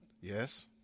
Yes